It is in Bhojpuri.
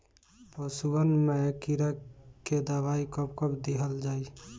पशुअन मैं कीड़ा के दवाई कब कब दिहल जाई?